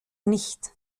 nicht